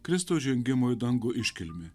kristaus žengimo į dangų iškilmė